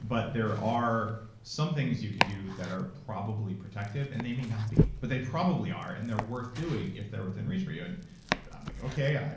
but there are some things you could do that are probably protective and they may not be but they probably are and they're worth doing if they're within reach for you. and i'm like, okay.